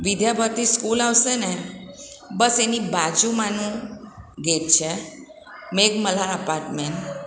Vidyabharati school આવશે ને બસ એની બાજુમાનું ગેટ છે મેઘ મલ્હાર અપાર્ટમેન્ટ